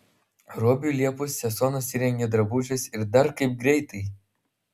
robiui liepus sesuo nusirengė drabužius ir dar kaip greitai